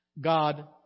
God